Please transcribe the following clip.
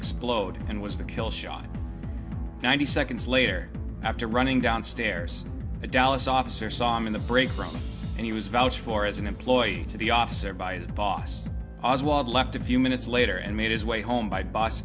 explode and was the kill shot ninety seconds later after running downstairs a dallas officer saw him in the break room and he was vouch for as an employee to the officer by the boss oswald left a few minutes late and made his way home by bus